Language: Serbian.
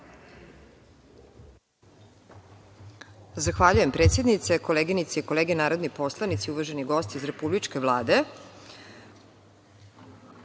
Zahvaljujem, predsednice. Koleginice i kolege narodni poslanici, uvaženi gosti iz Republičke vlade.